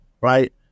right